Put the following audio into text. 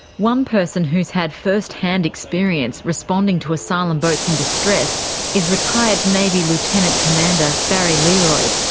one person who's had first-hand experience responding to asylum boats in distress is retired navy lieutenant commander barry learoyd.